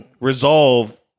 resolve